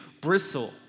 bristle